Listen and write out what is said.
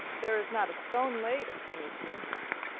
there is not a stone laid of fanny's green-house,